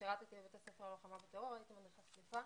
שירתי בבתי ספר ללוחמה בטרור, הייתי מדריכת צליפה.